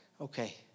Okay